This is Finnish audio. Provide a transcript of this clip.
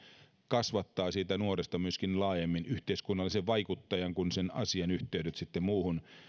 kasvattaa siitä nuoresta myöskin laajemmin yhteiskunnallisen vaikuttajan kun sen asian yhteydet sitten muuhun